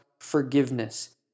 forgiveness